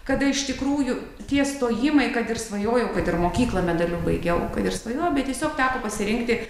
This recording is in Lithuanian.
kada iš tikrųjų tie stojimai kad ir svajojau kad ir mokyklą medaliu baigiau ir svajojau bet tiesiog teko pasirinkti